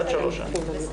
עד שלוש שנים.